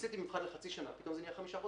עשיתי מבחן לחצי שנה ופתאום זה נהיה חמישה חודשים.